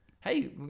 Hey